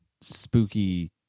spooky